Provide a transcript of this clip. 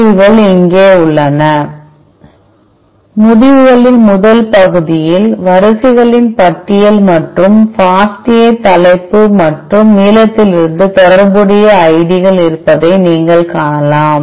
முடிவுகள் இங்கே உள்ளன முடிவுகளின் முதல் பகுதியில் வரிசைகளின் பட்டியல் மற்றும் FASTA தலைப்பு மற்றும் நீளத்திலிருந்து தொடர்புடைய ஐடிகள் இருப்பதை நீங்கள் காணலாம்